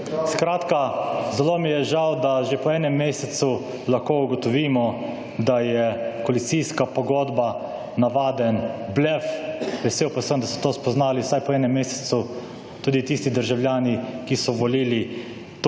zelo mi je žal, da že po enem mesecu lahko ugotovimo, da je koalicijska pogodba navaden blef, vesel pa sem, da ste to spoznali vsaj po enem mesecu tudi tisti državljani, ki so volili to